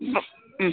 ഇപ്പോൾ